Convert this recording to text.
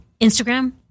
Instagram